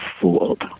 Fooled